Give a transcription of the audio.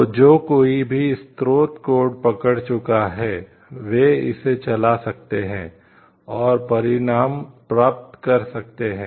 तो जो कोई भी स्रोत कोड पकड़ चुका है वे इसे चला सकते हैं और परिणाम प्राप्त कर सकते हैं